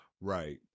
right